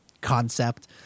concept